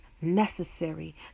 necessary